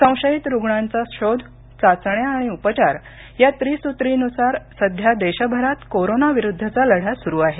संशयित रुग्णांचा शोध चाचण्या आणि उपचार या त्रिसूत्रीन्सार सध्या देशभरात कोरोना विरुद्धचा लढा सूरू आहे